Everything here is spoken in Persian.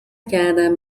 کردم